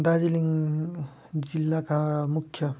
दार्जिलिङ जिल्लाका मुख्य